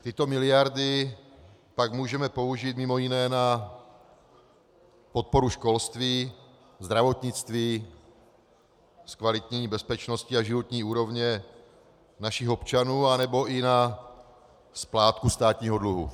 Tyto miliardy pak můžeme použít mj. na podporu školství, zdravotnictví, zkvalitnění bezpečnosti a životní úrovně našich občanů a nebo i na splátku státního dluhu.